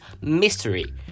mystery